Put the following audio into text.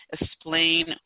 explain